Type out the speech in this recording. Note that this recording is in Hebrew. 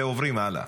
ועוברים הלאה.